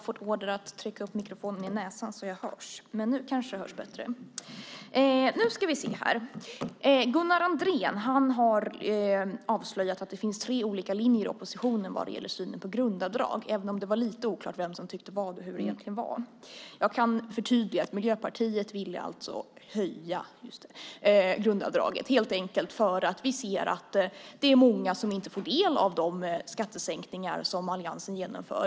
Fru talman! Gunnar Andrén har avslöjat att det finns tre olika linjer i oppositionen vad gäller synen på grundavdrag, även om det var lite oklart vem som tyckte vad och hur det egentligen var. Jag kan förtydliga att Miljöpartiet vill höja grundavdraget helt enkelt därför att vi ser att det är många som inte får del av de skattesänkningar som alliansen genomför.